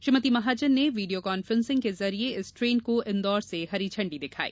श्रीमती महाजन ने video conferencing के जरिए इस ट्रेन को इंदौर से हरी झंडी दिखाई